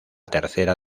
tercera